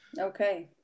okay